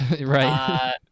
right